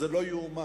זה לא ייאמן.